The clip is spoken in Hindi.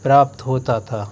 प्राप्त होता था